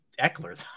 Eckler